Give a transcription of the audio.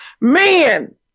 man